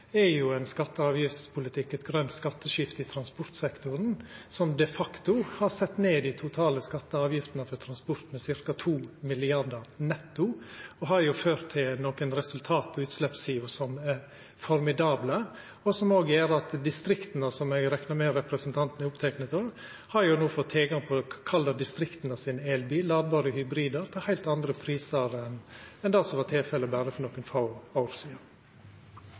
er ein skatte- og avgiftspolitikk og eit grønt skatteskifte i transportsektoren som de facto har sett ned dei totale skattane og avgiftene innan transport med ca. 2 mrd. kr netto. Det har ført til resultat på utsleppssida som er formidable, og distrikta, som eg reknar med at representanten Gjelsvik er oppteken av, har jo no fått tilgang på – kall det – distrikta sin elbil, ladbare hybridar, til heilt andre prisar enn det som var tilfellet for berre nokre få år sidan.